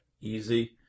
easy